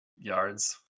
yards